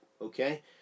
okay